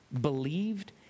believed